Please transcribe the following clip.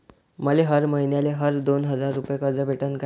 मले हर मईन्याले हर दोन हजार रुपये कर्ज भेटन का?